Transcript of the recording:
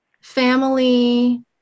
family